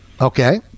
Okay